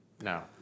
no